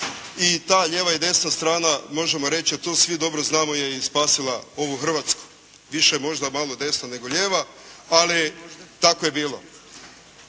i ta lijeva i desna strana možemo reći, a to svi dobro znamo je i spasila ovu Hrvatsku. Više možda malo desna nego lijeva, ali tako je bilo.